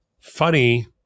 funny